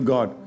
God